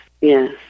Yes